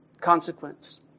consequence